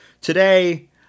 Today